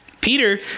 Peter